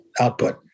output